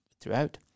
throughout